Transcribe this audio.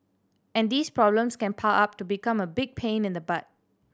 and these problems can pile up to become a big pain in the butt